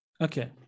Okay